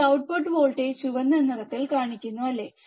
ഈ output voltage ചുവന്ന നിറത്തിൽ കാണിക്കുന്നു അല്ലേ